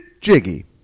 Jiggy